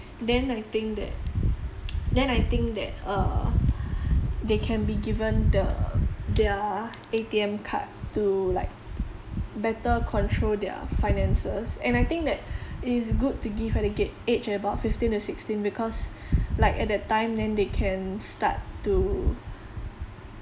then I think that then I think that uh they can be given the their A_T_M card to like better control their finances and I think that it's good to give at the age age at about fifteen to sixteen because like at that time then they can start to